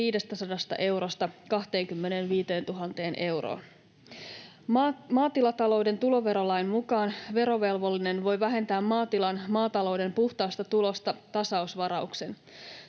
500 eurosta 25 000 euroon. Maatilatalouden tuloverolain mukaan verovelvollinen voi vähentää maatilan maatalouden puhtaasta tulosta tasausvarauksen.